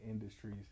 industries